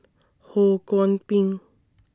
Ho Kwon Ping